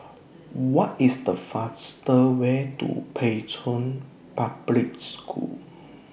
What IS The faster Way to Pei Chun Public School